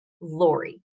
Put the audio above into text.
Lori